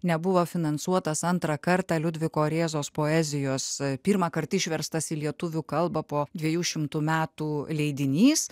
nebuvo finansuotas antrą kartą liudviko rėzos poezijos pirmąkart išverstas į lietuvių kalbą po dviejų šimtų metų leidinys